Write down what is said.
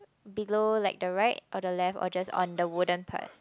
below like the right or the left or just on the wooden part